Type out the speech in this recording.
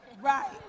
Right